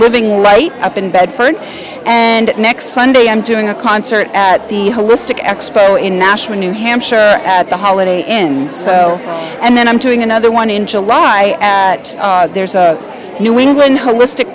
living right up in bedford and next sunday i'm doing a concert at the holistic expo in nashua new hampshire at the holiday inn and then i'm doing another one in july there's a new england holistic